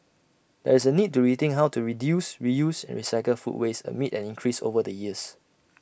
there is A need to rethink how to reduce reuse and recycle food waste amid an increase over the years